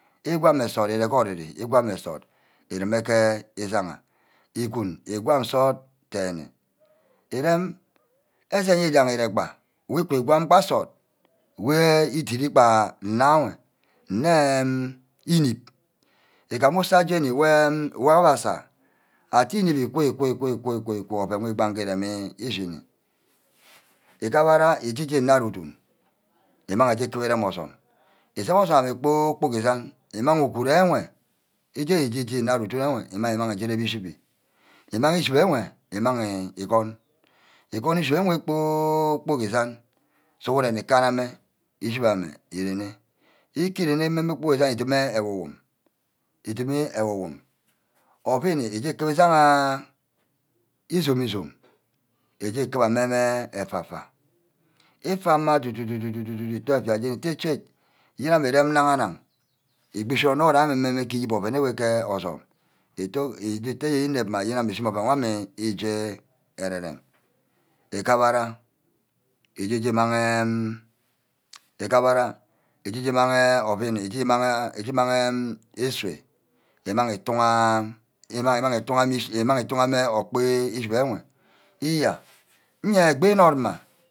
Ígwam nsort íre ke orí-re. igwam nsort urume ke îjagha. ígune igwam nsort denne erem esene owi daye ire-gba we ku gwam gba nsort wey ídit gba nna wor nne íníp. ígam usah j́eni wey abe asah atte íniṕ íku-íku. íku-íku. íku-íku oven wor ígbaha urem uchini. igubara íje ju unad udun ímang ukuba îrem osume. isep osume ame kpor-kpork ísan ímag uguru enwe ije-je-je unad udun ewe ímang uju urep îshibe. ímang íshibe enwe îmaghe igon. igon ishibe ewe kpor-kpork ísan sughuren íkanname íshibe erenne. íkíren-neme kpor-kpork ísan ídímme ewor-wom. îdímí ewor-wom ouini udume ke ijaha izome-izome. íju kumma mme mme effa-fa. ifa mah du-du-du ichi effia j́ení ute chod yene ami urem naghana. igbi îshi onor wor íre-íyím mme mme oven wor ke osume utte ínepma yene ame ushune mma oven ame uje arerem. îgabara ije-jumahe. îgabara ije ju-mag-he ovini. uju umagha esuah ogkpe ishine we. iyeah mme egbi ínodma